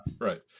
Right